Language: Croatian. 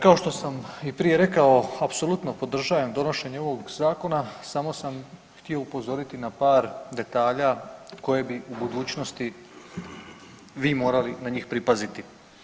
Kao što sam i prije rekao apsolutno podržajem donošenje ovog zakona, samo sam htio upozoriti na par detalja koje bi u budućnosti vi morali na njih pripaziti.